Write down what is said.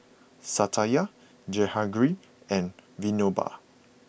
Satya Jehangirr and Vinoba